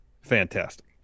Fantastic